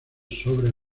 sobre